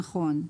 נכון.